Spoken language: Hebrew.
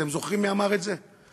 אתם זוכרים מי אמר את זה?